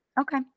okay